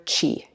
chi